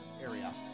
area